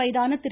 வயதான திரு